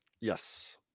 Yes